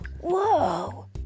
Whoa